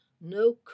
no